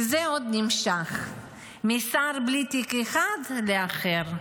וזה עוד נמשך משר בלי תיק אחד לאחר.